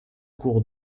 cours